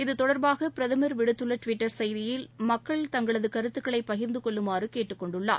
இத்தொடர்பாக பிரதமர் விடுத்துள்ள டுவிட்டர் செய்தியில் மக்கள் தங்களது கருத்துக்களை பகிர்ந்து கொள்ளுமாறு கேட்டுக் கொண்டுள்ளார்